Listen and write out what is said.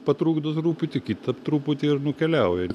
patrukdo truputį kitą truputį ir nukeliauja